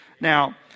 Now